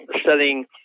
studying